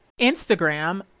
Instagram